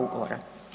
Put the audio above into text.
Ugovora.